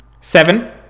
Seven